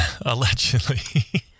Allegedly